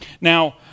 Now